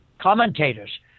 commentators